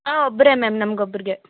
ಹಾಂ ಒಬ್ಬರೆ ಮ್ಯಾಮ್ ನಮ್ಗೆ ಒಬ್ರಿಗೆ